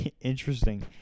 Interesting